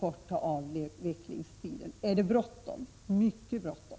kort avvecklingstid som det gäller är det bråttom — mycket bråttom.